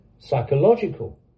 psychological